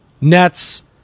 Nets